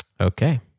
Okay